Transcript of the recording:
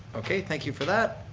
okay, thank you for that.